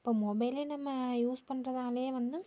இப்போ மொபைலே நம்ம யூஸ் பண்றதாலே வந்து